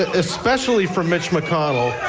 ah especially from mitch mcconnell,